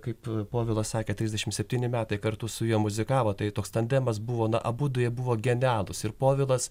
kaip povilas sakė trisdešim septyni metai kartu su juo muzikavo tai toks tandemas buvo na abudu jie buvo genialūs ir povilas